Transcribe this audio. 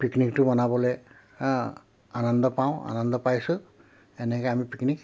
পিকনিকটো মনাবলৈ হাঁ আনন্দ পাওঁ আনন্দ পাইছোঁ এনেকৈ আমি পিকনিক